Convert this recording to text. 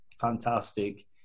fantastic